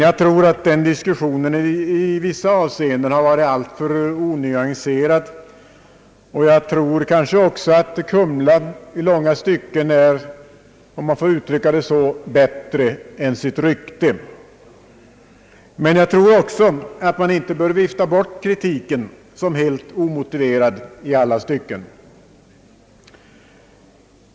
Jag tror att den diskussionen i vissa avseenden har varit alltför onyanserad och att Kumla långa stycken — om jag får uttrycka det så — är bättre än sitt rykte. Men jag anser också att man inte bör vifta bort kritiken som helt omotiverad i alla stycken.